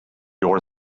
your